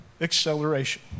acceleration